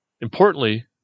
Importantly